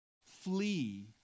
Flee